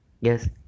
yes